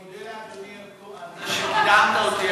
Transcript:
אני מודה לאדוני על זה שקידמת אותי,